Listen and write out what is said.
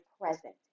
present